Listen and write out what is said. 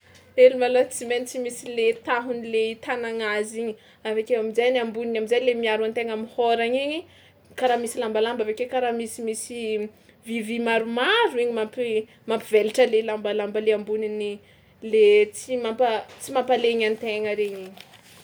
Elo malôha tsy maintsy misy le tahony le itanagna azy igny avy ake amin-jainy amboniny am'zay le miaro an-tegna am'hôragna igny karaha misy lambalamba avy ake karaha misimisy vivy maromaro mampi- mampivelatra le lambalamba le amboniny le tsy mampa- tsy mampa-legna an-tegna regny igny.